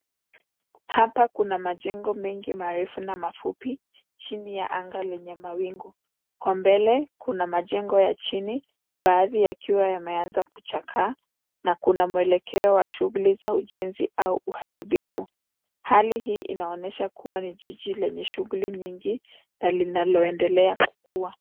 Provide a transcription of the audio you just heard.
Hapa kuna majengo mengi marefu na mafupi chini ya anga lenye mawingu. Kwa mbele kuna majengo ya chini, baadhi yakiwa yameanza kuchakaa na kuna mwelekeo wa shughuli za ujenzi au uharibifu. Hali hii inaonyesha kuwa ni jiji lenye shughuli nyingi na linaloendelea kukua.